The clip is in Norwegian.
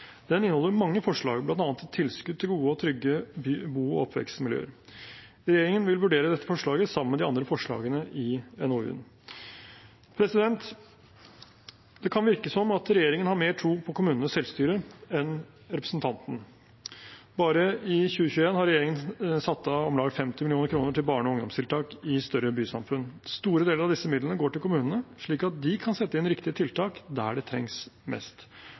Den inneholder mange forslag, bl.a. tilskudd til gode og trygge bo- og oppvekstmiljøer. Regjeringen vil vurdere dette forslaget sammen med de andre forslagene i NOU-en. Det kan virke som at regjeringen har mer tro på kommunenes selvstyre enn representanten Stoknes. Bare i 2021 har regjeringen satt av om lag 50 mill. kr til barne- og ungdomstiltak i større bysamfunn. Store deler av disse midlene går til kommunene, slik at de kan sette inn riktige tiltak der det trengs mest